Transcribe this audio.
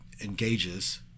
engages